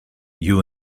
you